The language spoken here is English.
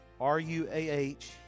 R-U-A-H